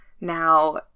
now